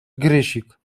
grysik